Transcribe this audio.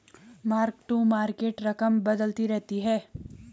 mark to market रकम बदलती रहती है